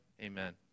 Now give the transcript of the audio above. amen